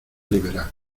liberal